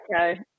okay